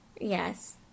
Yes